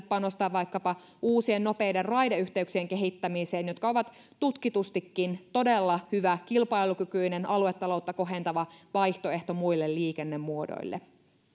panostaa vaikkapa uusien nopeiden raideyhteyksien kehittämiseen jotka ovat tutkitustikin todella hyvä kilpailukykyinen aluetaloutta kohentava vaihtoehto muille liikennemuodoille